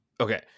Okay